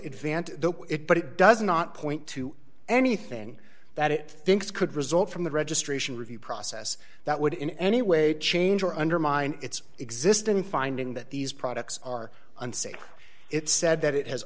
advantage it but it does not point to anything that it thinks could result from the registration review process that would in any way change or undermine its existing finding that these products are unsafe it said that it has